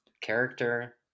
character